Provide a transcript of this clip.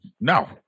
No